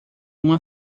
uma